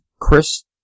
Chris